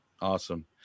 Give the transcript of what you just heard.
Awesome